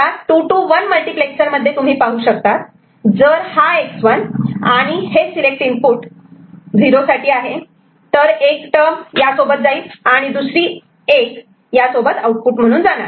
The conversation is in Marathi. आता 2 to 1 मल्टिप्लेक्सरमध्ये तुम्ही पाहू शकतात जर हा X1 आणि आणि हे सिलेक्ट इनपुट 0 साठी आहे तर एक टर्म यासोबत जाईल आणि दुसरी 1 एक सोबत आउटपुट म्हणून जाणार